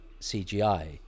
CGI